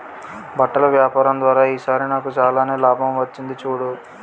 బట్టల వ్యాపారం ద్వారా ఈ సారి నాకు చాలానే లాభం వచ్చింది చూడు